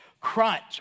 crunch